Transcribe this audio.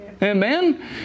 Amen